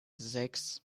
sechs